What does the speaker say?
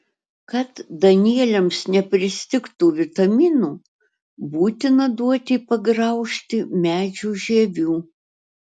kad danieliams nepristigtų vitaminų būtina duoti pagraužti medžių žievių